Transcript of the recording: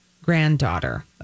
Granddaughter